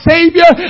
Savior